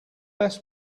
best